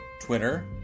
twitter